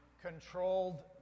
controlled